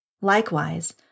Likewise